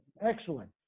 Excellent